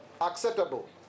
acceptable